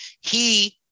He-